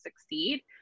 succeed